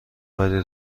وری